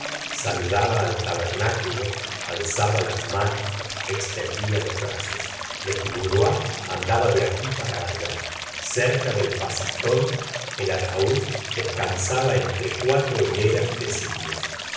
saludaba al tabernáculo alzaba las mano s extendía los brazos lestiboudois andaba de aquí para allá cerca del facistol el ataúd descansaba entre cuatro hileras de cirios